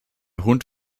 hund